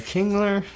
Kingler